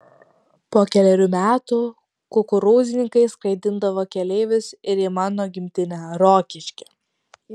po kelerių metų kukurūznikai skraidindavo keleivius ir į mano gimtinę rokiškį